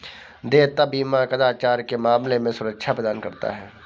देयता बीमा कदाचार के मामले में सुरक्षा प्रदान करता है